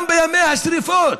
גם בימי השרפות,